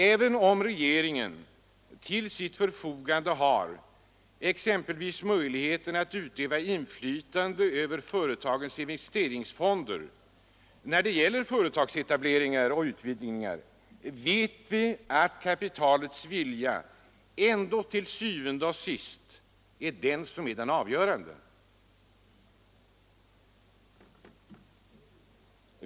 Även om regeringen till sitt förfogande har exempelvis möjligheten att utöva inflytande över företagens investeringsfonder då det gäller företagsetableringar och utvidgningar, vet vi att kapitalets vilja ändå til syvende og sidst är den avgörande.